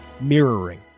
Mirroring